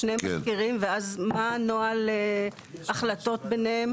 שני מזכירים ואז מה הנוהל החלטות ביניהם?